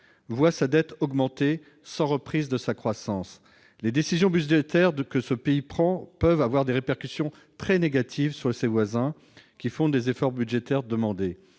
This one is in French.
voit sa dette augmenter sans reprise de sa croissance, les décisions budgétaires de que ce pays prend peuvent avoir des répercussions très négatives sur ses voisins qui font des efforts budgétaires demandés